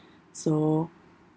so